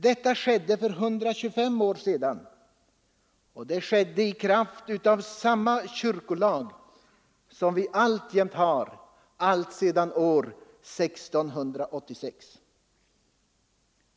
Detta skedde för 125 år sedan i kraft av den kyrkolag sedan 1686 som vi alltjämt har.